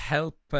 Help